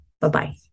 Bye-bye